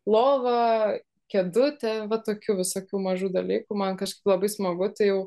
lovą kėdutę va tokių visokių mažų dalykų man kažkaip labai smagu tai jau